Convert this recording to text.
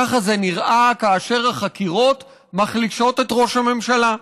ככה זה נראה כאשר החקירות מחלישות את ראש הממשלה,